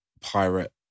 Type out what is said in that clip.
pirate